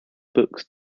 books